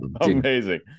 Amazing